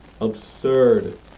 absurd